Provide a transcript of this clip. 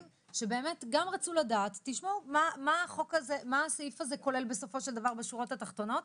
שרצו לדעת מה הסעיף הזה כולל בשורה התחתונה.